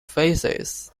faces